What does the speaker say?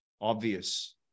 obvious